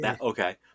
okay